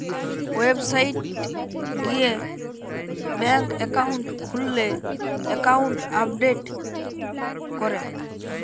website গিয়ে bank account খুললে account update করে